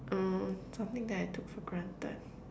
mm something that I took for granted